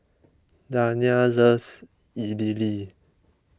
Dania loves Idili